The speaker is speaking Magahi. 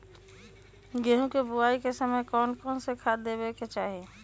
गेंहू के बोआई के समय कौन कौन से खाद देवे के चाही?